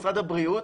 משרד הבריאות,